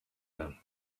them